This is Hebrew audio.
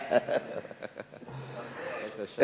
בבקשה.